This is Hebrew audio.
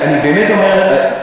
אני באמת אומר,